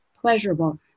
pleasurable